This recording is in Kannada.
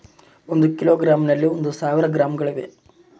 ಒಂದು ಕಿಲೋಗ್ರಾಂ ನಲ್ಲಿ ಒಂದು ಸಾವಿರ ಗ್ರಾಂಗಳಿವೆ